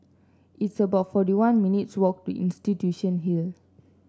it's about forty one minutes' walk to Institution Hill